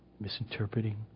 misinterpreting